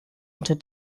unter